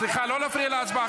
--- סליחה, לא להפריע להצבעה.